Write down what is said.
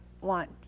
want